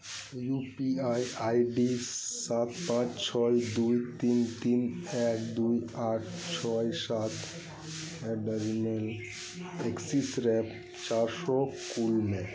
U P I I I D ᱥᱟᱛ ᱯᱟᱸᱪ ᱪᱷᱚᱭ ᱫᱩᱭ ᱛᱤᱱ ᱛᱤᱱ ᱮᱠ ᱫᱩᱭ ᱟᱴ ᱪᱷᱚᱭ ᱥᱟᱛ ᱮᱴ ᱫᱟ ᱨᱮᱴ ᱮᱠᱥᱤᱥ ᱨᱮ ᱪᱟᱨ ᱥᱚ ᱠᱳᱞ ᱢᱮ